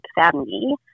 family